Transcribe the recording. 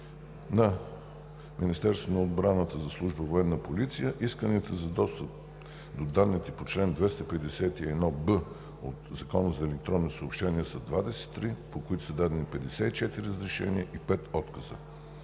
на Министерството на отбраната за Служба „Военна полиция“ исканията за достъп до данните по чл. 251б от Закона за електронните съобщения са 23, по които са дадени 54 разрешения и пет отказа.